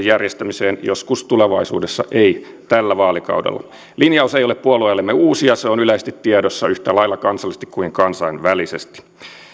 järjestämiseen joskus tulevaisuudessa ei tällä vaalikaudella linjaus ei ole puolueellemme uusi ja se on yleisesti tiedossa yhtä lailla kansallisesti kuin kansainvälisesti